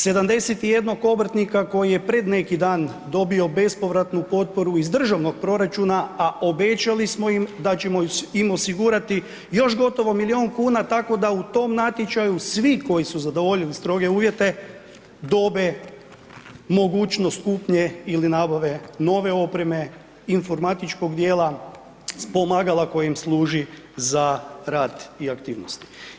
71 obrtnika koji je pred neki dan dobio bespovratnu potporu iz državnog proračuna a obećali smo im da ćemo im osigurati još gotovo milijun kuna tako da u tom natječaju svi koji su zadovoljili stroge uvjete dobe mogućnost kupnje ili nabave nove opreme, informatičkog dijela s pomagala koji im služi za rad i aktivnosti.